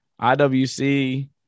IWC